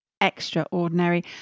extraordinary